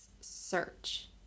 search